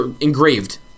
engraved